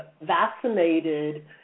vaccinated